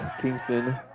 Kingston